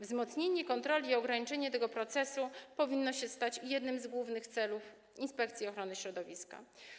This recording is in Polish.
Wzmocnienie kontroli i ograniczenie tego procesu powinno stać się jednym z głównych celów Inspekcji Ochrony Środowiska.